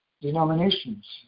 denominations